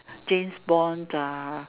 James-Bond the